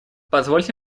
позвольте